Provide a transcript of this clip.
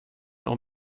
och